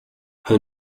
her